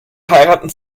heiraten